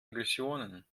aggressionen